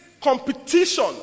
competition